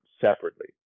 separately